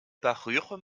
parure